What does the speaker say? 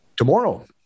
Tomorrow